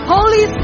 Holy